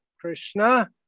Krishna